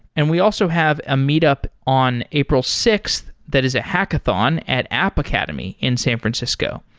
and we also have a meet up on april sixth, that is a hackathon at app academy in san francisco.